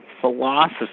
philosophy